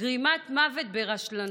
גרימת מוות ברשלנות.